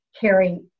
carry